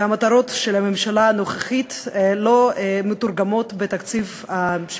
והמטרות של הממשלה הנוכחית לא מתורגמות בתקציב של